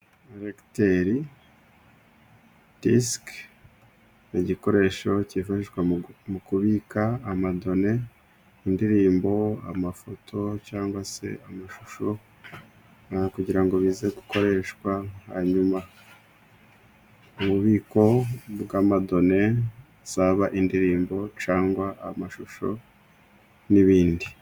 Eregiteridisike ni igikoresho cyifashishwa mu kubika amadone, indirimbo, amafoto cyangwa se amashusho, kugira ngo bize gukoreshwa hanyuma, ububiko bw'amadone, zaba indirimbo cyangwa amashusho n'ibindi.